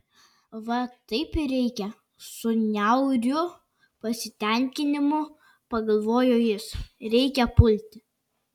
va taip ir reikia su niauriu pasitenkinimu pagalvojo jis reikia pulti